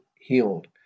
healed